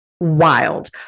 wild